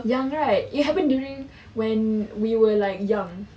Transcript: young right it happen during when we were like young